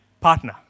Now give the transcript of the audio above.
partner